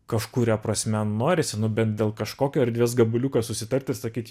kažkuria prasme norisi nu bet dėl kažkokio erdvės gabaliuko susitarti sakyt